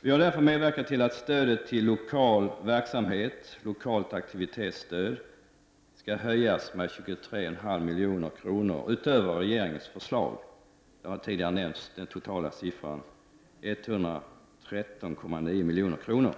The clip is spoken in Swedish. Miljöpartiet har därför medverkat till att stödet till lokal verksamhet, lokalt aktivitetsstöd, skall höjas med 23,5 milj.kr. utöver regeringens förslag. Den totala siffran har nämnts tidigare, 113,9 milj.kr.